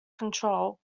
control